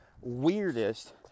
weirdest